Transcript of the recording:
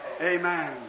Amen